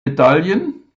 medaillen